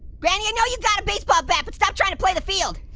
granny, i know you've got a baseball bat, but stop trying to play the field!